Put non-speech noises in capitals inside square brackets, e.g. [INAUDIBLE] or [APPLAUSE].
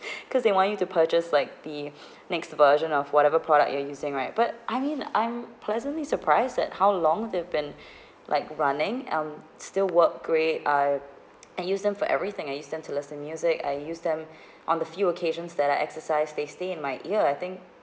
[BREATH] cause they want you to purchase like the [BREATH] next version of whatever product you are using right but I mean I'm pleasantly surprised at how long they've been [BREATH] like running um still work great I [NOISE] I use them for everything I use them to listen music I use them [BREATH] on the few occasions that I exercise they stay in my ear I think